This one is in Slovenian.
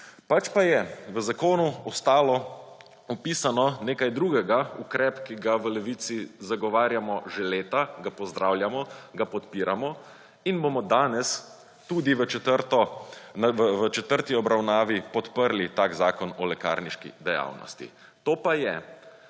Pač pa je v zakonu ostalo opisano nekaj drugega, ukrep, ki ga v Levici zagovarjamo že leta, ga pozdravljamo, ga podpiramo in bomo danes tudi v četrti obravnavi podprli tak Zakon o lekarniški dejavnosti. To pa je,